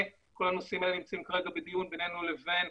מנהלת תחום מדעי